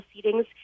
proceedings